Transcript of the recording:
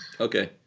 Okay